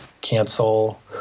cancel